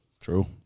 True